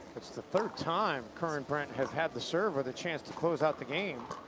the third time kerr and brent have had the serve with a chance to close out the game.